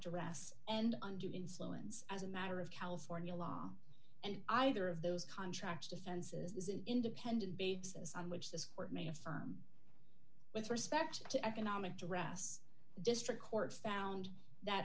progress and undue influence as a matter of california law and either of those contracts defenses is an independent basis on which this court may affirm with respect to economic dress district court found that